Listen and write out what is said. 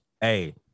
Hey